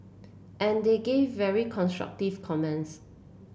and they gave very constructive comments